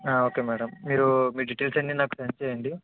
ఆ okay madam మీరు మీ డీటెయిల్స్ అన్నీ నాకు సెండ్ చేయండి